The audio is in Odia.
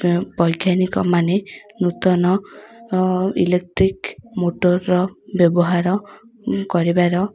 ବୈଜ୍ଞାନିକ ମାନେ ନୂତନ ଇଲେକ୍ଟ୍ରିକ୍ ମୋଟର୍ର ବ୍ୟବହାର କରିବାର